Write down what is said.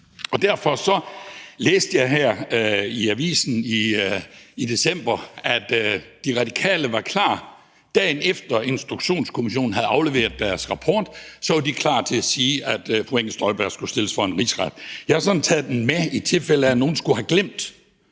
Jeg læste her i avisen i december, at Radikale var klar, dagen efter Instrukskommissionen havde afleveret deres rapport, til at sige, at fru Inger Støjberg skulle stilles for en rigsret. Jeg har sådan taget den med, i tilfælde af at nogen skulle have glemt,